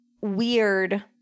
weird